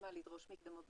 לדרוש מקדמות?